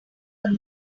but